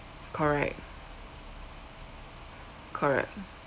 correct correct